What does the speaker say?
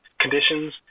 conditions